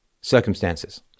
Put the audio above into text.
circumstances